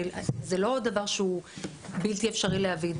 זה לא דבר שהוא בלתי אפשרי להבין,